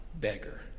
beggar